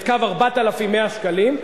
את קו 4,100 השקלים.